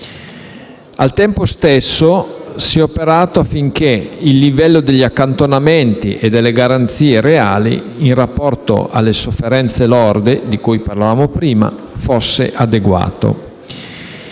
Al tempo stesso si è operato affinché il livello degli accantonamenti e delle garanzie reali, in rapporto alle sofferenze lorde di cui parlavamo in precedenza, fosse adeguato.